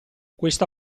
questa